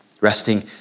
resting